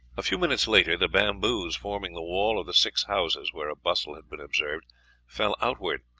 a few minutes later the bamboos forming the wall of the six houses where a bustle had been observed fell outward,